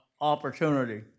opportunity